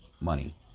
money